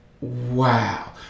Wow